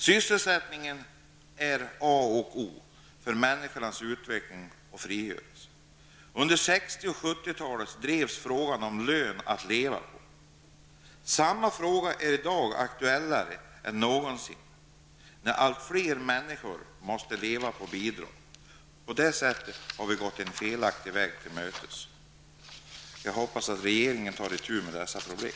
Sysselsättningen är A och O för människornas utveckling och frigörelse. Under 60 och 70-talet drevs frågan om lön att leva på. Samma fråga är i dag aktuellare än någonsin, när allt fler människor måste leva på bidrag. På det sättet har vi beträtt en felaktig väg. Jag hoppas att regeringen tar itu med dessa problem.